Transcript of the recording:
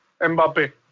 Mbappe